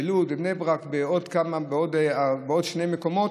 בלוד, בבני ברק ובעוד שני מקומות.